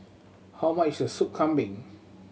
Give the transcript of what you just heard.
how much is a Soup Kambing